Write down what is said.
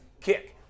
Kick